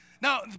Now